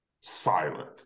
silent